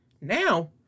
Now